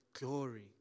glory